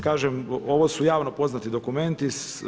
Kaže ovo su javno poznati dokumenti.